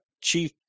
chief